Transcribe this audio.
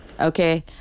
Okay